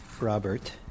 Robert